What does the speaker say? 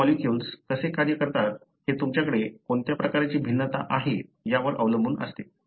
biomolecules कसे कार्य करतात हे तुमच्याकडे कोणत्या प्रकारची भिन्नता आहे यावर अवलंबून असते